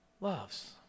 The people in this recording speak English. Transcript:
loves